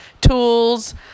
Tools